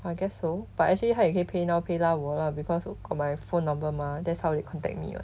I guess so but actually 他也可以 paynow paylah 我 lah because got my phone number mah that's how they contact me [what]